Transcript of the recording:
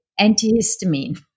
antihistamine